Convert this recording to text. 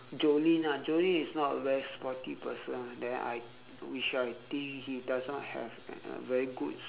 jolin ah jolin is not a very sporty person ah then I which I think he does not have a a very good